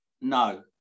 No